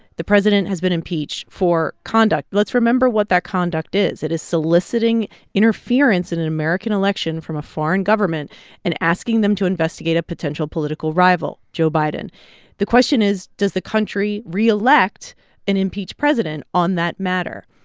the president has been impeached for conduct. let's remember what that conduct is. it is soliciting interference in an american election from a foreign government and asking them to investigate a potential political rival, joe biden the question is, does the country reelect an impeached president on that matter?